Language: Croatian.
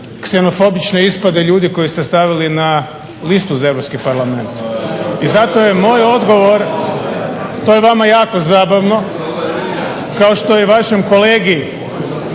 ksenofobične ispade ljudi koje ste stavili na listu za Europski parlament. I zato je moj odgovor, to je vama jako zabavno kao što je vašem kolegi